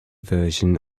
version